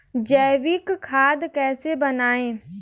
जैविक खाद कैसे बनाएँ?